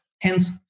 Hence